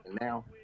now